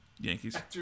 Yankees